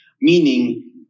Meaning